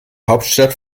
hauptstadt